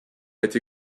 été